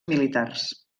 militars